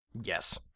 Yes